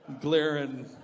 glaring